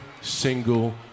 single